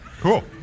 Cool